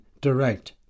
direct